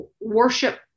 Worship